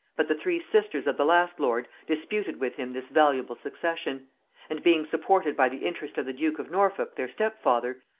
but the three sisters of the last lord disputed with him this valuable succession and being supported by the interest of the duke of norfolk their step-father,